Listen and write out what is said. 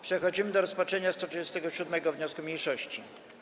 Przechodzimy do rozpatrzenia 137. wniosku mniejszości.